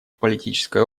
политической